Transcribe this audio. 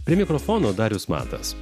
prie mikrofono darius matas